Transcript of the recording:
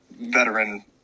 veteran